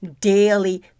daily